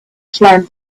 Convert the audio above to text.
flame